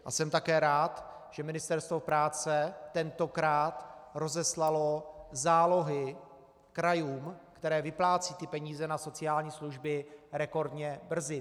A jsem také rád, že Ministerstvo práce tentokrát rozeslalo zálohy krajům, které vyplácejí peníze na sociální služby, rekordně brzy.